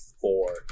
four